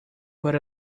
but